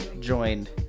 joined